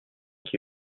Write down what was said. qui